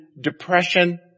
depression